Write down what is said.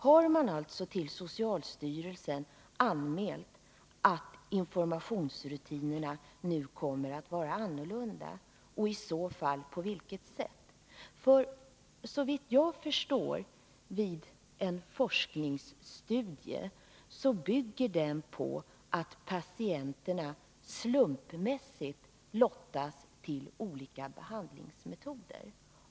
Har man till socialstyrelsen anmält att informationsrutinerna nu kommer att vara annorlunda, och i så fall på vilket sätt? Såvitt jag förstår bygger en forskningsstudie på att patienterna slumpmässigt lottas till olika behandlingsmetoder.